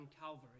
calvary